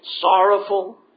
sorrowful